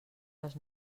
les